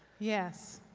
yes.